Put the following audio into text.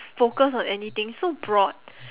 focused on anything so broad